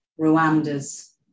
Rwanda's